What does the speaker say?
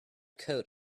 coat